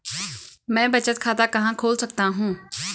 मैं बचत खाता कहां खोल सकता हूँ?